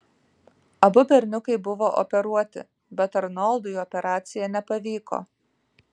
abu berniukai buvo operuoti bet arnoldui operacija nepavyko